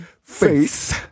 face